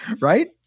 Right